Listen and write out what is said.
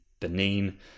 Benin